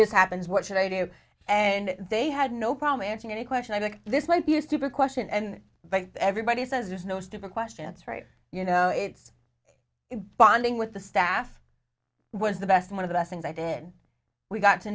this happens what should i do and they had no problem answering any question i think this might be a stupid question and everybody says there's no stupid questions right you know it's bonding with the staff was the best one of the things i did we got to